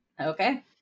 Okay